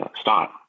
stop